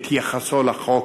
את יחסו לחוק,